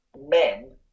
men